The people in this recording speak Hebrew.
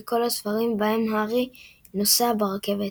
בכל הספרים בהם הארי נוסע ברכבת.